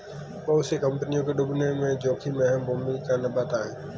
बहुत सी कम्पनियों के डूबने में जोखिम अहम भूमिका निभाता है